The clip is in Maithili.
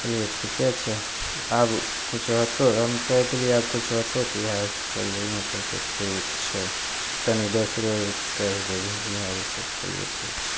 कहलिए ठिके छै तऽ आब किछु होतौ हम कहि देलिए आब किछु हेतौ तऽ इएह हॉसपिटल जइहेँ तऽ कहलकै ठीक छै तनि दोसरो आओरके कहि देबही कहलिए ठीक छै